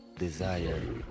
desire